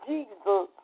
Jesus